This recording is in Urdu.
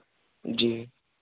جی